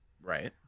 Right